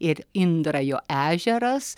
ir indrajo ežeras